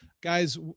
guys